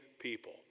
people